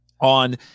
on